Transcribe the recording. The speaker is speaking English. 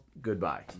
Goodbye